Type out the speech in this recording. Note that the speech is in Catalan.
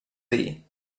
dir